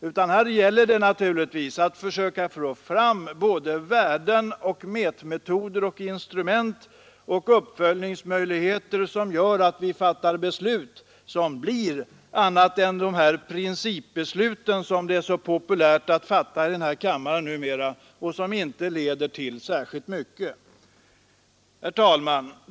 I stället gäller det naturligtvis att försöka få fram såväl värden som mätmetoder, instrument och uppföljningsmöjligheter som gör att vi fattar beslut av annat slag än de här principbesluten som det är så populärt att fatta här i kammaren numera och som inte leder till särskilt mycket. Herr talman!